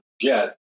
jet